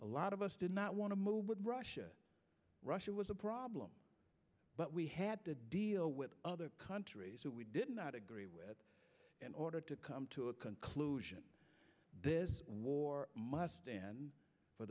a lot of us did not want to move russia russia was a problem but we had to deal with other countries who we did not agree with in order to come to a conclusion this war must stand for